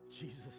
Jesus